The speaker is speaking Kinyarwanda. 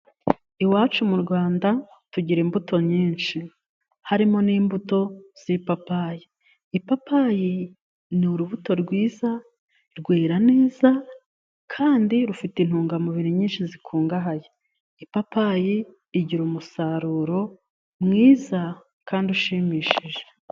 Iwacu mu Rwanda tugira imbuto nyinshi, harimo n'imbuto z'ipapayi. Ipapayi ni urubuto rwiza, rwera neza kandi rufite intungamubiri nyinshi zikungahaye. Ipapayi igira umusaruro mwiza kandi ushimishije.